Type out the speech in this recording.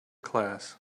class